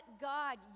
God